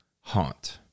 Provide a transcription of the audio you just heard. haunt